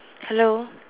hello